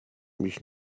mich